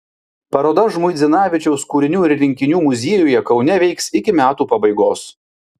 paroda žmuidzinavičiaus kūrinių ir rinkinių muziejuje kaune veiks iki metų pabaigos